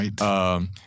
Right